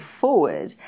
forward